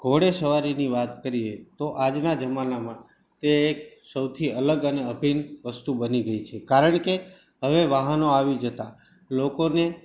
ઘોડેસવારીની વાત કરીએ તો આજના જમાનામાં તે એક સૌથી અલગ અને અભિન્ન વસ્તુ બની ગઈ છે કારણ કે હવે વાહનો આવી જતાં લોકોને